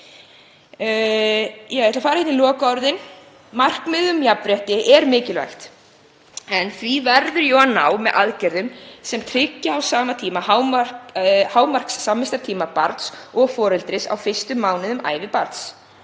Ég ætla að fara yfir lokaorðin. Markmiðið um jafnrétti er mikilvægt en því verður að ná með aðgerðum sem tryggja á sama tíma hámarkssamvistartíma barns og foreldris á fyrstu mánuðum ævi barns.